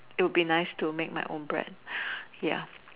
it will be nice to make my own brand ya